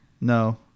No